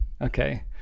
Okay